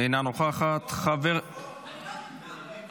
מוותרת,